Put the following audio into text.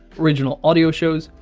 original audio shows,